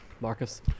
Marcus